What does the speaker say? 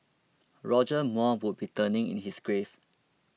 Roger Moore would be turning in his grave